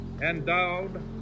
Endowed